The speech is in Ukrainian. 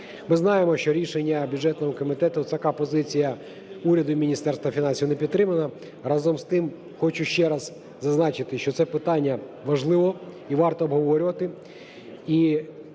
Ми знаємо, що рішення бюджетним комітетом така позиція уряду й Міністерства фінансів не підтримана. Разом з тим, хочу ще раз зазначити, що це питання важливо і варто обговорювати,